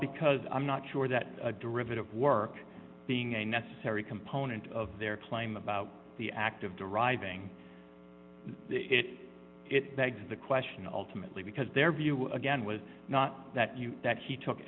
because i'm not sure that a derivative work being a necessary component of their claim about the act of deriving it it begs the question ultimately because their view again was not that you that he took